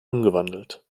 umgewandelt